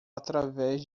através